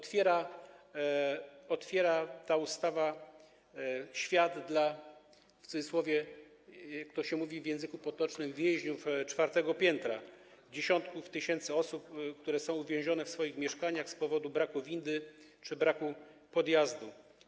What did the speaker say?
Ta ustawa otwiera świat, w cudzysłowie, jak to się mówi w języku potocznym, więźniom czwartego piętra, dziesiątkom tysięcy osób, które są uwięzione w swoich mieszkaniach z powodu braku windy czy braku podjazdu.